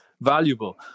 valuable